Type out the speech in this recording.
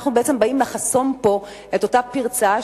אנחנו בעצם באים לחסום פה את אותה פרצה.